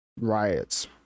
riots